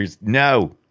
No